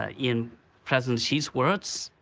ah in president xi's words,